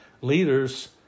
leaders